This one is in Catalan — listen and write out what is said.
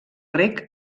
reg